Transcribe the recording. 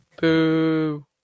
Boo